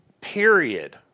Period